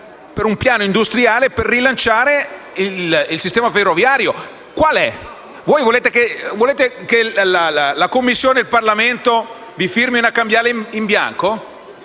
per un piano industriale che rilancia il sistema ferroviario. Qual è? Volete che il Parlamento vi firmi una cambiale in bianco?